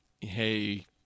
hey